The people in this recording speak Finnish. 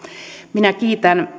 minä kiitän